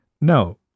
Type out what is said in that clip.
No